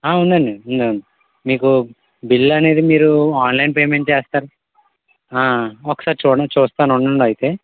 ఉందండి ఉందండి మీకు బిల్లు అనేది మీరు ఆన్లైన్ పేమెంట్ చేస్తారా ఒకసారి చూడండి చూస్తాను ఉండండి అయితే